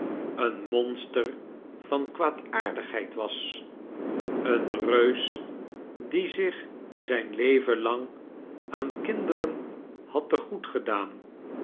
een monster van kwaadaardigheid was een reus die zich zijn leven lang aan kinderen had te goed gedaan